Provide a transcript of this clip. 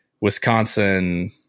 Wisconsin